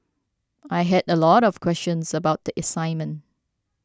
I had a lot of questions about the assignment